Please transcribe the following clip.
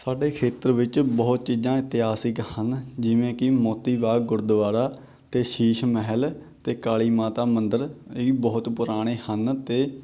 ਸਾਡੇ ਖੇਤਰ ਵਿੱਚ ਬਹੁਤ ਚੀਜ਼ਾਂ ਇਤਿਹਾਸਿਕ ਹਨ ਜਿਵੇਂ ਕਿ ਮੋਤੀ ਬਾਗ ਗੁਰਦੁਆਰਾ ਅਤੇ ਸ਼ੀਸ਼ ਮਹਿਲ ਅਤੇ ਕਾਲੀ ਮਾਤਾ ਮੰਦਰ ਇਹ ਵੀ ਬਹੁਤ ਪੁਰਾਣੇ ਹਨ ਅਤੇ